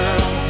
girl